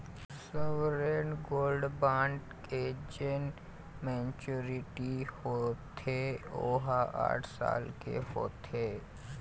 sovereign gold bond के जेन maturity होथे ओहा आठ साल के होथे